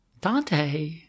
Dante